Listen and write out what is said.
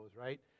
right